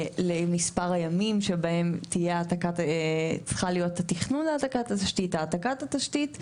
מספר הימים שבהם צריך להיות התכנון להעתק התשתית והעתקת התשתית,